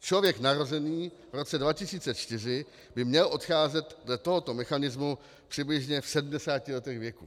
Člověk narozený v roce 2004 by měl odcházet dle tohoto mechanismu přibližně v 70 letech věku.